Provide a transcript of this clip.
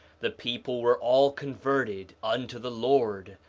the people were all converted unto the lord,